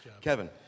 Kevin